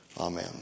Amen